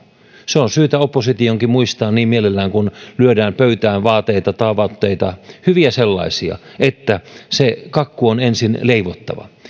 se on syytä oppositionkin muistaa niin mielellään kuin lyödään pöytään vaateita tavoitteita hyviä sellaisia että se kakku on ensin leivottava